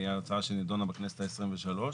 זו הצעה שנידונה בכנסת ה-23.